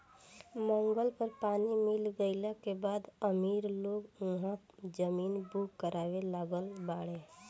मंगल पर पानी मिल गईला के बाद अमीर लोग उहा जमीन बुक करावे लागल बाड़े